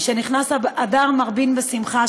משנכנס אדר מרבין בשמחה.